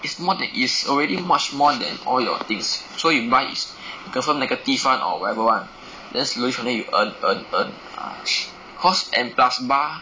it's more than is it's already much more than all your things so you buy is confirm negative [one] or whatever [one] then slowly slowly we earn earn earn ah cause and plus bar